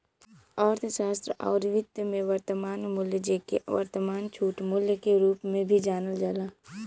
अर्थशास्त्र आउर वित्त में, वर्तमान मूल्य, जेके वर्तमान छूट मूल्य के रूप में भी जानल जाला